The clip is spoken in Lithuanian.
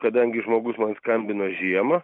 kadangi žmogus man skambino žiemą